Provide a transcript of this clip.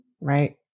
Right